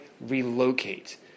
relocate